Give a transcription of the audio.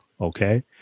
Okay